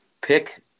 pick